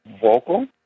vocal